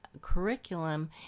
curriculum